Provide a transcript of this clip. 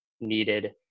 needed